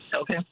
Okay